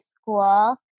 school